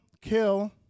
kill